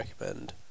recommend